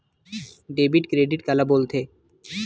Debit credit काला बोल थे?